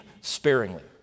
sparingly